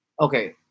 Okay